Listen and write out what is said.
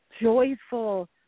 joyful